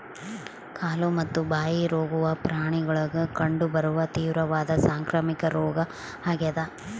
ಕಾಲು ಮತ್ತು ಬಾಯಿ ರೋಗವು ಪ್ರಾಣಿಗುಳಾಗ ಕಂಡು ಬರುವ ತೀವ್ರವಾದ ಸಾಂಕ್ರಾಮಿಕ ರೋಗ ಆಗ್ಯಾದ